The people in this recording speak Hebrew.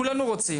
כולנו רוצים,